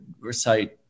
recite